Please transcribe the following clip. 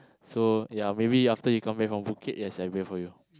so ya maybe after you come back from Phuket yes I buy for you